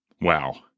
Wow